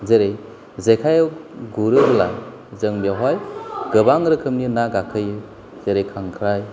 जेरै जेखायजों गुरोब्ला जों बेयावहाय गोबां रोखोमनि ना गाखोयो जेरै खांख्राय